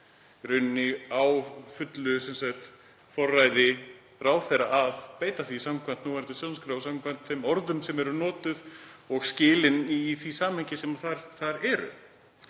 ekki á fullu forræði ráðherra að beita því samkvæmt núverandi stjórnarskrá og samkvæmt þeim orðum sem eru notuð og skilin í því samhengi sem þar er?